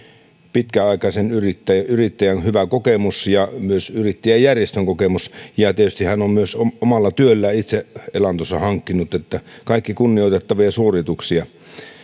pitkäaikaisen yrittäjän hyvä kokemus ja myös yrittäjäjärjestön kokemus tietysti hän on myös omalla työllään itse elantonsa hankkinut kaikki kunnioitettavia suorituksia